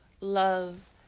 love